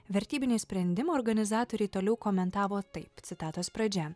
vertybinio sprendimo organizatoriai toliau komentavo taip citatos pradžia